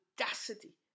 audacity